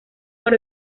por